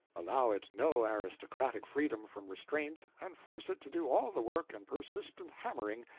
allow it no aristocratic freedom from restraint, and force it to do all the work and persistent hammering,